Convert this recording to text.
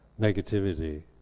negativity